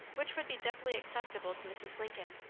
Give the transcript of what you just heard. which would be doubly acceptable to mrs. lincoln.